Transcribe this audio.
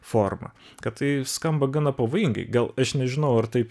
forma kad tai skamba gana pavojingai gal aš nežinau ar taip